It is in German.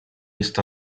ist